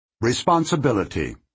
Responsibility